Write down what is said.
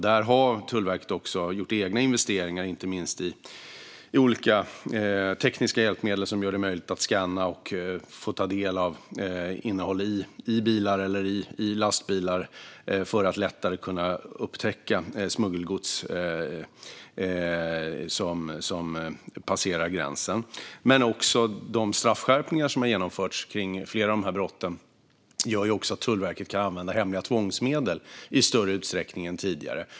Där har Tullverket också gjort egna investeringar, inte minst i olika tekniska hjälpmedel som gör det möjligt att skanna och ta del av innehåll i bilar eller lastbilar för att lättare upptäcka smuggelgods som passerar gränsen. De straffskärpningar som har gjorts när det gäller flera av dessa brott gör också att Tullverket kan använda hemliga tvångsmedel i större utsträckning än tidigare.